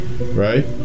right